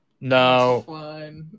No